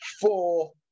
four